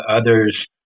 others